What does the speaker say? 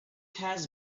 has